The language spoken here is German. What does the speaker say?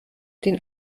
den